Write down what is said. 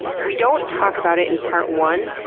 we don't talk about it in part one,